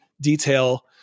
detail